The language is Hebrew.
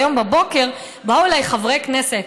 היום בבוקר באו אליי חברי כנסת,